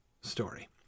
story